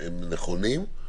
הם נכונים.